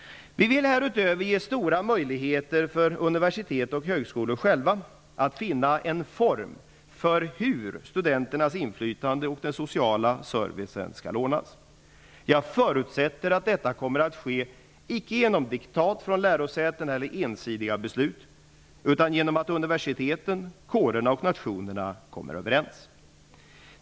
Vi vill härutöver ge stora möjligheter för universitet och högskolor att själva finna en form för hur studenternas inflytande och den sociala servicen skall ordnas. Jag förutsättter att detta kommer att ske, icke genom diktat från lärosäten eller ensidiga beslut utan genom att universiteten, kårerna och nationerna kommer överens.